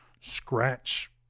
scratch